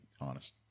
honest